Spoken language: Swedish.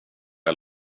jag